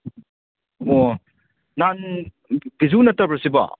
ꯑꯣ ꯅꯍꯥꯟ ꯕꯤꯖꯨ ꯅꯠꯇ꯭ꯔꯕꯣ ꯁꯤꯕꯣ